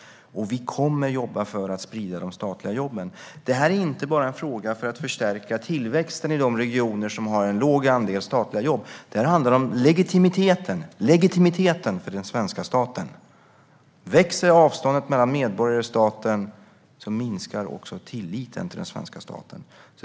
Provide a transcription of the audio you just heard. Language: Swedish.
Och vi kommer att jobba för att sprida de statliga jobben. Detta är inte bara en fråga om att förstärka tillväxten i de regioner som har en låg andel statliga jobb. Det handlar om legitimiteten för den svenska staten. Om avståndet mellan medborgare och stat växer minskar också tilliten till den svenska staten.